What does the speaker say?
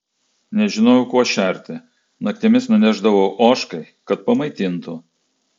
nežinojau kuo šerti naktimis nunešdavau ožkai kad pamaitintų